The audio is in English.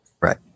right